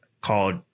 called